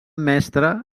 mestre